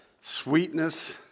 sweetness